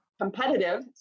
competitive